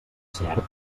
cert